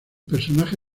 personaje